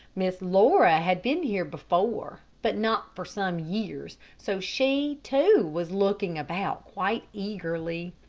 miss laura had been here before, but not for some years, so she, too, was looking about quite eagerly.